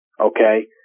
Okay